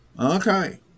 okay